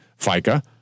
FICA